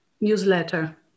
newsletter